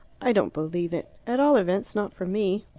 i don't believe it. at all events not for me.